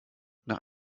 nach